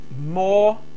more